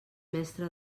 mestre